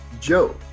Joe